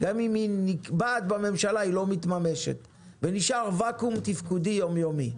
גם אם היא נקבעת בממשלה היא לא מתממשת ונשאר ואקום תפקודי יום-יומי.